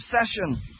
obsession